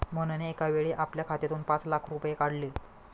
मोहनने एकावेळी आपल्या खात्यातून पाच लाख रुपये काढले